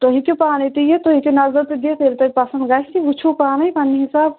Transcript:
تُہۍ ہیٚکِو پانَے تہٕ یِتھ تُہۍ ہیٚکِو نَظر تہِ دِتھ ییٚلہِ تۄہہِ پَسنٛد گژھِ تہِ وٕچھِو پانَے پنٛنہِ حِساب